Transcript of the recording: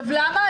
למה?